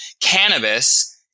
cannabis